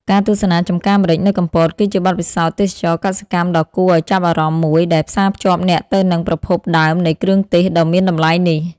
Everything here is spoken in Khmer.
ការទស្សនាចម្ការម្រេចនៅកំពត គឺជាបទពិសោធន៍ទេសចរណ៍កសិកម្មដ៏គួរឱ្យចាប់អារម្មណ៍មួយ ដែលផ្សាភ្ជាប់អ្នកទៅនឹងប្រភពដើមនៃគ្រឿងទេសដ៏មានតម្លៃនេះ ។